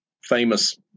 famous